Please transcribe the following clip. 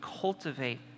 cultivate